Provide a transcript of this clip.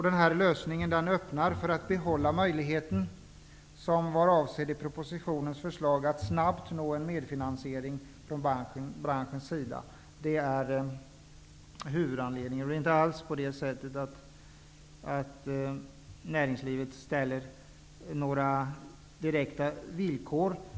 Den här lösningen öppnar för att behålla den möjlighet som var avsedd i propositionens förslag, nämligen att snabbt nå en medfinansiering från branschens sida. Det är huvudanledningen. Det är inte alls på det sättet att näringslivet ställer några direkta villkor.